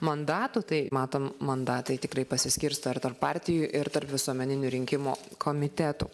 mandatų tai matom mandatai tikrai pasiskirsto ir tarp partijų ir tarp visuomeninių rinkimų komitetų